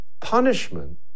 Punishment